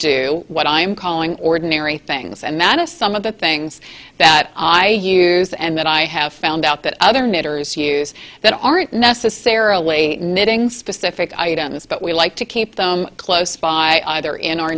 do what i'm calling ordinary things and that is some of the things that i use and that i have found out that other knitters use that aren't necessarily knitting specific items but we like to keep them close by either in our